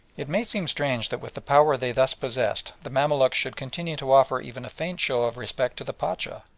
it may seem strange that with the power they thus possessed the mamaluks should continue to offer even a faint show of respect to the pacha,